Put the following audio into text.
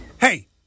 Hey